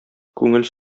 күңел